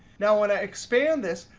now when i expand this,